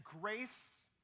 grace